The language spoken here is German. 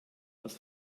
aus